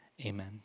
Amen